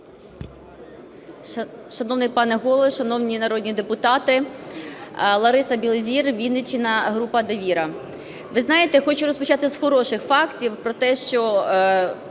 Шановний пане Голово, шановні народні депутати! Лариса Білозір, Вінниччина, група "Довіра". Ви знаєте, хочу розпочати з хороших фактів і успішних